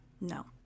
No